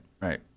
right